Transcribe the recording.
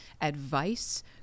advice